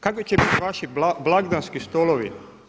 Kakvi će biti vaši blagdanski stolovi?